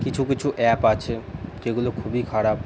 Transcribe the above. কিছু কিছু অ্যাপ আছে যেগুলো খুবই খারাপ